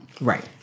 Right